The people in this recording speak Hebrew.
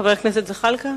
חבר הכנסת זחאלקה.